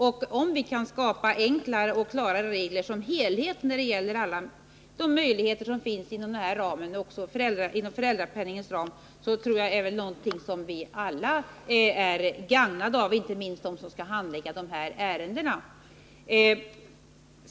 Om vi kan skapa enklare och klarare regler när det gäller de möjligheter som finns inom denna helhet — alltså även inom föräldrapenningens ram — tror jag att det är någonting som vi alla är gagnade av, inte minst de som skall handlägga dessa ärenden.